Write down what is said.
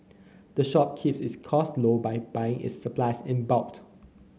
the shop keeps its costs low by buying its supplies in bulk